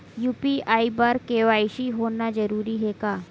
UPI बर KYC होना जरूरी हवय का?